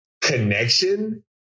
connection